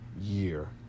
year